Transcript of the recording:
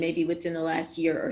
אולי בשנה האחרונה.